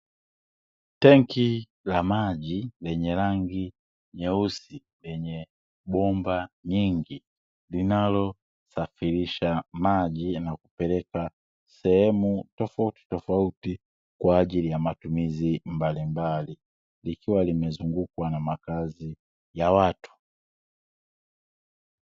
Tenki la maji lenye rangi nyeusi, lenye bomba nyingi, linalosafirisha maji na kupeleka sehemu tofautitofauti kwa ajili ya matumizi mbalimbali, likiwa limezungukwa na makazi ya watu.